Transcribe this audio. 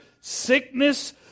sickness